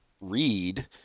read